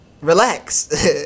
relax